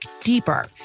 deeper